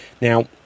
Now